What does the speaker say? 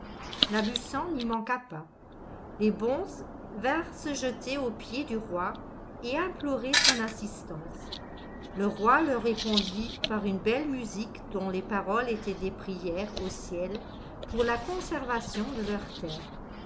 vôtres nabussan n'y manqua pas les bonzes vinrent se jeter aux pieds du roi et implorer son assistance le roi leur répondit par une belle musique dont les paroles étaient des prières au ciel pour la conservation de leurs terres